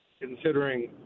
considering